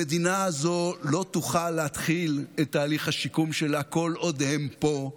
המדינה הזו לא תוכל להתחיל את תהליך השיקום שלה כל עוד הם פה,